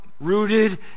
rooted